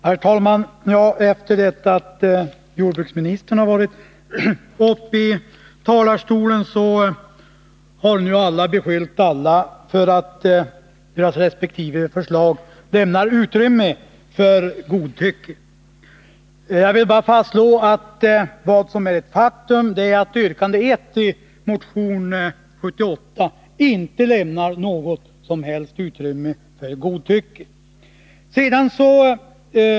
Herr talman! Efter det att jordbruksministern har varit uppe i talarstolen har nu alla beskyllt alla för att deras resp. förslag lämnar utrymme för godtycke. Jag vill bara fastslå som ett faktum att yrkandet nr 1 i motion 78 inte lämnar något som helst utrymme för godtycke.